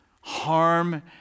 harm